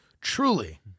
Truly